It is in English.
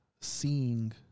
seeing